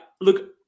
look